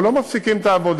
אנחנו לא מפסיקים את העבודה.